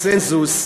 בקונסנזוס.